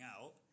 out